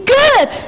good